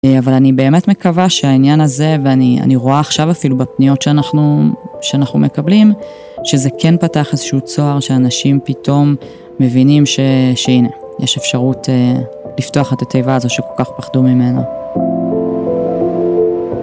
אבל אני באמת מקווה שהעניין הזה, ואני רואה עכשיו אפילו בפניות שאנחנו מקבלים, שזה כן פתח איזשהו צוהר שאנשים פתאום מבינים שהנה, יש אפשרות לפתוח את התיבה הזו שכל כך פחדו ממנה.